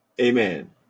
Amen